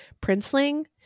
princeling